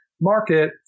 market